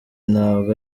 ntabwo